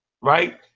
right